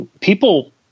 people